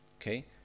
okay